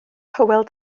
hywel